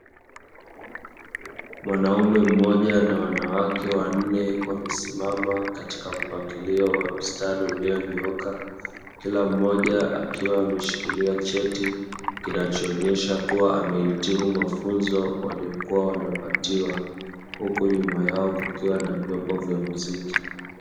Mwanaume mmoja na wanawake wanne wamesimama katika mpangilio wa mstari ulio nyooka, kila mmoja akiwa ameshikilia cheti kinachoonyesha kuwa amehitimu mafunzo waliokuwa wanapatiwa huku nyuma yao kukiwa na vyombo vya mziki.